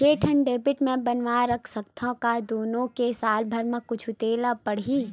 के ठन डेबिट मैं बनवा रख सकथव? का दुनो के साल भर मा कुछ दे ला पड़ही?